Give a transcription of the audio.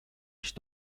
ich